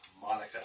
Monica